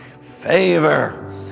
favor